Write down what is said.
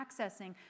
accessing